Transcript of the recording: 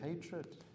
hatred